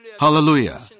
Hallelujah